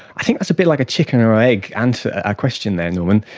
i think it's a bit like a chicken or egg and ah question there norman.